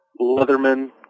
Leatherman